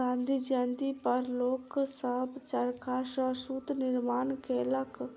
गाँधी जयंती पर लोक सभ चरखा सॅ सूत निर्माण केलक